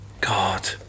God